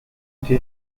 été